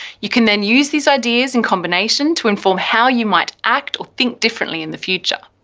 you can then use these ideas in combination to inform how you might act or think differently in the future.